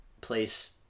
place